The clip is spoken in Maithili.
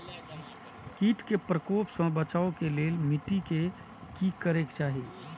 किट के प्रकोप से बचाव के लेल मिटी के कि करे के चाही?